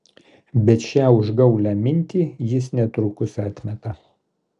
bet šią užgaulią mintį jis netrukus atmeta